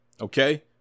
okay